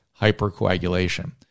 hypercoagulation